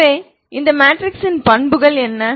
எனவே இந்த மேட்ரிக்ஸின் பண்புகள் என்ன